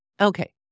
Okay